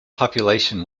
population